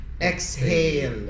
exhale